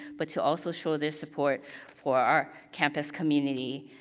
but to also show their support for our campus community.